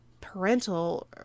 parental